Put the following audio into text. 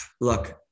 look